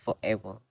forever